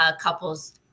couples